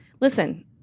Listen